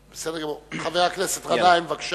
גנאים.